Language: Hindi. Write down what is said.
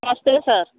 नमस्ते सर